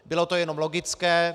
Bylo to jenom logické.